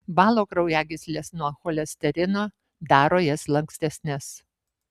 valo kraujagysles nuo cholesterino daro jas lankstesnes